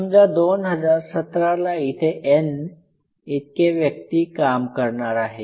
समजा 2017 ला इथे N इतके व्यक्ती काम करणार आहे